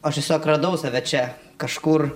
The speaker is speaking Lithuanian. aš tiesiog radau save čia kažkur